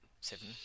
seven